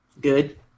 Good